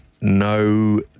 No